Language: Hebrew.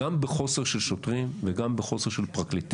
גם בחוסר של שוטרים וגם בחוסר של פרקליטים,